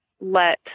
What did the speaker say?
let